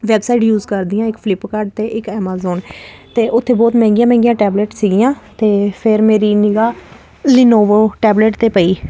website use ਕਰਦੀ ਹਾਂ ਇੱਕ ਫਲਿਪਕਾਰਟ ਅਤੇ ਇੱਕ ਐਮਾਜੋਨ ਅਤੇ ਉੱਥੇ ਬਹੁਤ ਮਹਿੰਗੀਆਂ ਮਹਿੰਗੀਆਂ ਟੈਬਲੇਟਸ ਸੀਗੀਆਂ ਅਤੇ ਫਿਰ ਮੇਰੀ ਨਿਗ੍ਹਾ ਲੀਨੋਵੋ ਟੈਬਲੇਟ 'ਤੇ ਪਈ